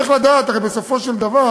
צריך לדעת שבסופו של דבר